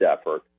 effort